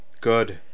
Good